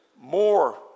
more